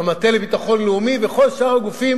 במטה לביטחון לאומי ובכל שאר הגופים